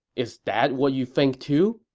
is that what you think, too?